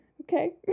Okay